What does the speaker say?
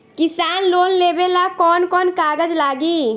किसान लोन लेबे ला कौन कौन कागज लागि?